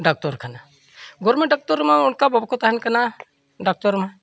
doctor ᱠᱷᱟᱱᱟ government doctor ᱢᱟ ᱚᱱᱠᱟ ᱵᱟᱝᱠᱚ ᱛᱟᱦᱮᱱ ᱠᱟᱱᱟ ᱰᱟᱠᱛᱚᱨ ᱢᱟ